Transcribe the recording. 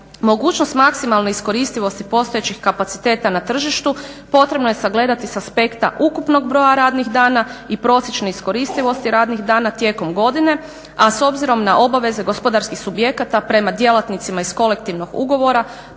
Mogućnost maksimalne iskoristivosti postojećih kapaciteta na tržištu potrebno je sagledati s aspekta ukupnog broja radnih dana i prosječne iskoristivosti radnih dana tijekom godine, a s obzirom na obaveze gospodarskih subjekata prema djelatnicima iz kolektivnog ugovora